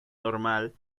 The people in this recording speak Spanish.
normal